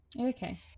Okay